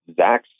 Zach